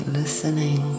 listening